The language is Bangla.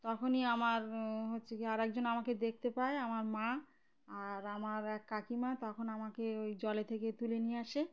তখনই আমার হচ্ছে কি আরেকজন আমাকে দেখতে পায় আমার মা আর আমার এক কাকিমা তখন আমাকে ওই জলে থেকে তুলে নিয়ে আসে